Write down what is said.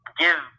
give